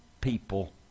people